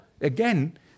Again